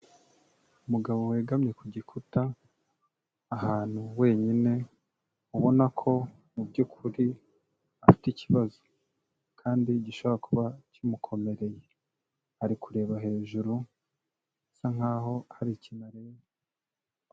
Umugabo wegamye ku gikuta ahantu wenyine, ubona ko mubyukuri afite ikibazo kandi gishobora kuba kimukomereye, ari kureba hejuru asa nk'aho hari ikintu areba.